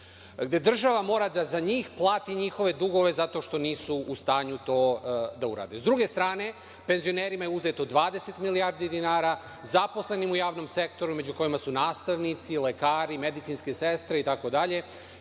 gde država mora za njih da plati njihove dugove zato što nisu u stanju da to urade. Sa druge strane, penzionerima je uzeto 20 milijardi dinara, zaposlenima u javnom sektoru, među kojima su nastavnici, lekari, medicinske sestre itd.